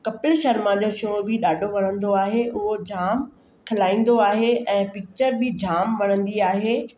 कपिल शर्मा जो शो बि ॾाढो वणंदो आहे उहा जाम खिलाईंदो आहे ऐं पिक्चर बि जाम वणंदी आहे